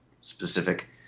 specific